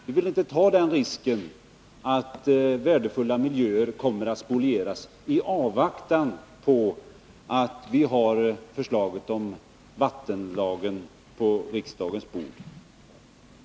Vi vill alltså inte ta risken att värdefulla miljöer spolieras i avvaktan på att vi får förslaget om vattenlagen på riksdagens bord.